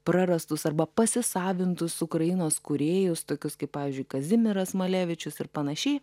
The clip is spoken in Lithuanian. prarastus arba pasisavintus ukrainos kūrėjus tokius kaip pavyzdžiui kazimieras malevičius ir panašiai